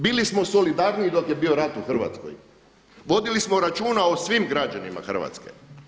Bili smo solidarniji dok je bio rat u Hrvatskoj, vodili smo računa o svim građanima Hrvatske.